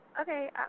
Okay